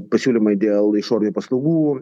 pasiūlymai dėl išorinių paslaugų